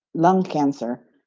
lung cancer,